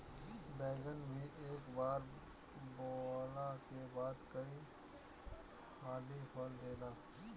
बैगन भी एक बार बोअला के बाद कई हाली फल देला